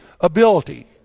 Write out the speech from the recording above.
ability